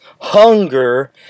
hunger